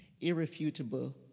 irrefutable